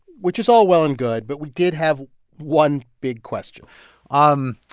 which is all well and good, but we did have one big question um